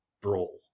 brawl